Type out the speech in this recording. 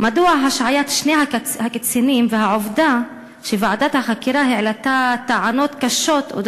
מדוע השעיית שני הקצינים והעובדה שוועדת החקירה העלתה טענות קשות על